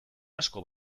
asko